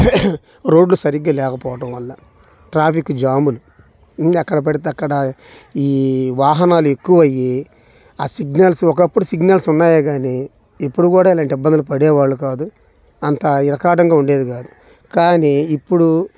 రోడ్లు సరిగ్గా లేకపోవడం వల్ల ట్రాఫిక్ జాములు ఇంకెక్కడ పడితే అక్కడా ఈ వాహనాలు ఎక్కువ అయ్యి ఆ సిగ్నల్స్ ఒకప్పుడు సిగ్నల్స్ ఉన్నాయే కాని ఎప్పుడూ కూడా ఇలాంటి ఇబ్బందులు పడే వాళ్ళు కాదు అంత ఇరకాటంగా ఉండేది కాదు కానీ ఇప్పుడు